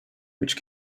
which